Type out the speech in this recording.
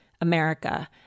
America